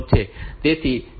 તેથી ત્યાં અન્ય RST 7